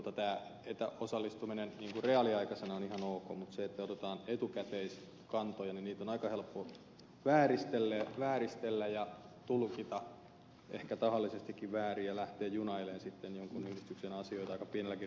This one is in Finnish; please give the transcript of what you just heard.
tämä etäosallistuminen reaaliaikaisena on ihan ok mutta jos otetaan etukäteiskantoja niin niitä on aika helppo vääristellä ja tulkita ehkä tahallisestikin väärin ja lähteä junailemaan jonkun yhdistyksen asioita aika pienelläkin ryhmällä